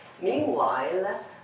meanwhile